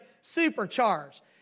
supercharged